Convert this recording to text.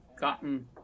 gotten